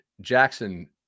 Jackson